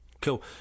Cool